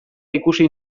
ikusi